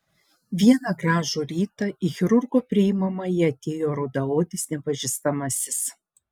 vieną gražų rytą į chirurgo priimamąjį atėjo rudaodis nepažįstamasis